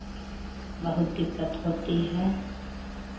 बहुत दिक्कत होती है